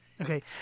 Okay